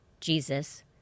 Jesus